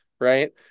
right